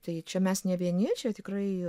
tai čia mes ne vieni čia tikrai